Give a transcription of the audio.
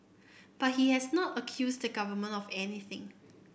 but he has not accused the government of anything